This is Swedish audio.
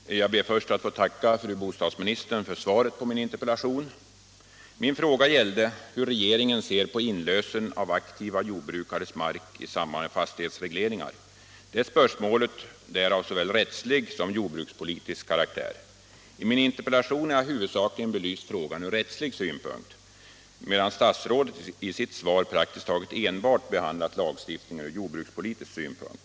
Herr talman! Jag ber till att börja med att få tacka fru bostadsministern — Om inlösen av mark för svaret på min interpellation. Min fråga gällde hur regeringen ser på = vid fastighetsregleinlösen av aktiva jordbrukares mark i samband med fastighetsregleringar. — ring Detta spörsmål är av såväl rättslig som jordbrukspolitisk karaktär. I min interpellation har jag huvudsakligen belyst frågan ur rättslig synpunkt, medan statsrådet i sitt svar praktiskt taget enbart behandlat lagstiftningen ur jordbrukspolitisk synpunkt.